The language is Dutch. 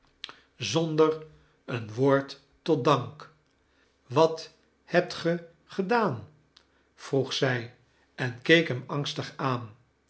zonder een woord tot dank wat hebt ge gedaan vroeg zij en keek hem angstig aan